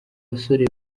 basore